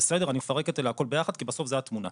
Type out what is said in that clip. אני מפרק את זה להכל בסוף כי בסוף זו התמונה.